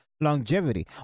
longevity